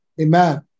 Amen